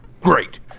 Great